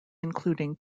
including